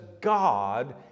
God